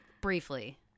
briefly